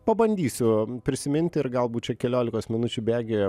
pabandysiu prisimint ir galbūt čia keliolikos minučių bėgy